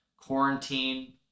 quarantine